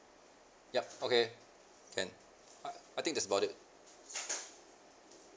yup okay can I think that's about it